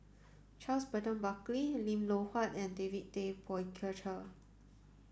Charles Burton Buckley Lim Loh Huat and David Tay Poey Cher